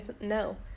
No